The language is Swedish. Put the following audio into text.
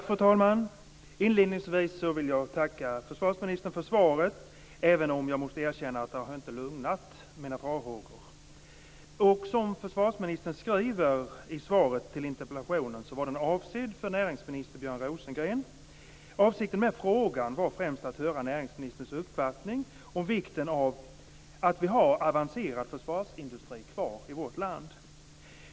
Fru talman! Inledningsvis vill jag tacka försvarsministern för svaret, även om jag måste erkänna att det inte har lugnat mina farhågor. Som försvarsministern skriver i svaret på interpellationen var den avsedd för näringsminister Björn Rosengren. Avsikten med frågan var främst att höra näringsministerns uppfattning om vikten av att vi har avancerad försvarsindustri kvar i vårt land.